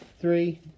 three